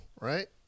right